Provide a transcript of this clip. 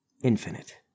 infinite